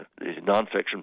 nonfiction